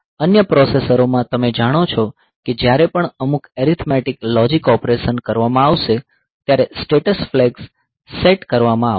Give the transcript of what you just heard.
અન્ય પ્રોસેસરો માં તમે જાણો છો કે જ્યારે પણ અમુક એરીથમેટિક લોજિક ઓપરેશન કરવામાં આવશે ત્યારે સ્ટેટસ ફ્લેગ સેટ કરવામાં આવશે